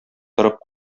торып